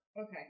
Okay